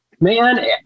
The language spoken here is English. man